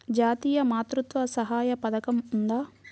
జాతీయ మాతృత్వ సహాయ పథకం ఉందా?